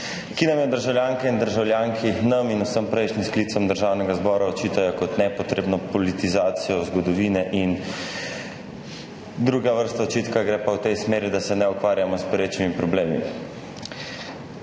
ki nam jih državljanke in državljani, nam in vsem prejšnjim sklicem Državnega zbora očitajo kot nepotrebno politizacijo zgodovine, druga vrsta očitka gre pa v tej smeri, da se ne ukvarjamo s perečimi problemi.